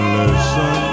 listen